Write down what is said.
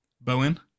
Bowen